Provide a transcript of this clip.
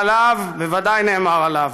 בוודאי נאמר עליו.